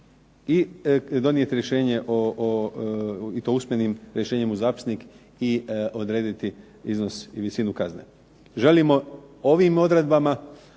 donijeti rješenje i to usmenim rješenjem u zapisnik i odrediti iznos i visinu kazne. Želimo ovim odredbama